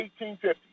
1850